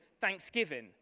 thanksgiving